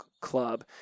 Club